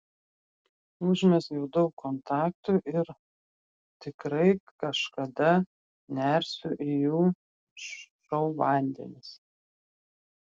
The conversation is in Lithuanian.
užmezgiau daug kontaktų ir tikrai kažkada nersiu į jų šou vandenis